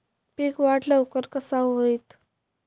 पीक वाढ लवकर कसा होईत?